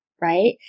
Right